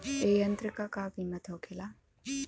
ए यंत्र का कीमत का होखेला?